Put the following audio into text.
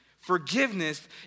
Forgiveness